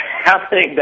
happening